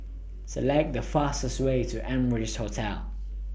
Select The fastest Way to Amrise Hotel